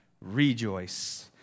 rejoice